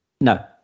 No